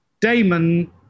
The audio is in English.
Damon